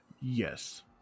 Yes